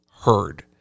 heard